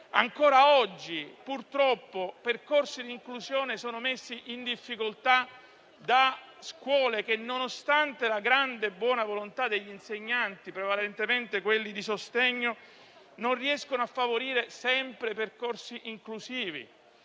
ancora oggi purtroppo percorsi di inclusione sono messi in difficoltà da scuole che nonostante la grande buona volontà degli insegnanti, prevalentemente quelli di sostegno, non riescono a favorire sempre percorsi inclusivi.